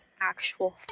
actual